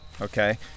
okay